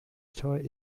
choice